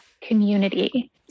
community